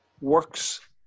works